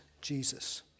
Jesus